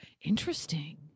Interesting